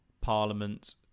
Parliament